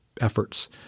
efforts